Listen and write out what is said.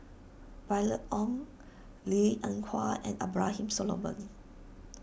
Violet Oon Linn in Hua and Abraham Solomon